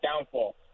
downfall